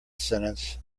sentence